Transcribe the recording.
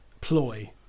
ploy